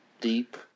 Deep